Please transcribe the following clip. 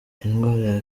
indwara